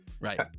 Right